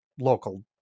local